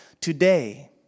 today